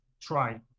try